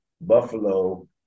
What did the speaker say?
Buffalo